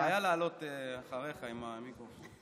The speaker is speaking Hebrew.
בעיה לעלות אחריך עם המיקרופון.